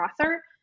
author